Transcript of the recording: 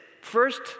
first